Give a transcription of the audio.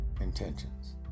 intentions